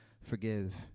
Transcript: forgive